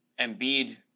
Embiid